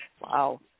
Wow